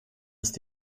ist